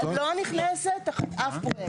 לא נכנסת תחת אף פרויקט.